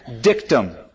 dictum